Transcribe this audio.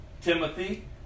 Timothy